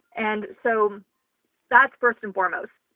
and so that's first and foremost.